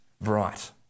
bright